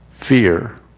fear